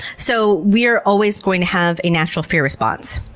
so we're always going to have a natural fear response.